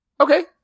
Okay